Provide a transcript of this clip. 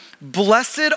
blessed